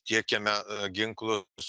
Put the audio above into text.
tiekiame ginklus